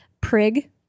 Prig